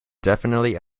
definitely